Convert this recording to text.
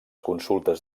consultes